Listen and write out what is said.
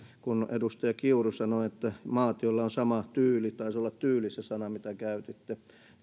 kun edustaja kiuru sanoi että maat joilla on sama tyyli taisi olla tyyli se sana mitä käytitte